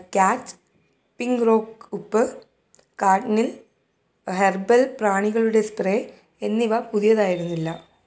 കാച്ച് pink rock ഉപ്പ് ഖാട്നിൽ herbal പ്രാണികളുടെ സ്പ്രേ എന്നിവ പുതിയതായിരുന്നില്ല